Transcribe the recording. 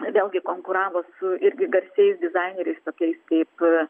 vėlgi konkuravo su irgi garsiais dizaineriais tokiais kaip